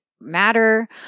matter